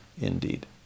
indeed